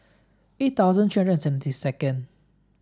eight thousand three hundred seventy second